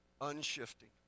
Unshifting